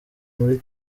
muri